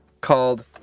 called